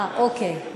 אוקיי,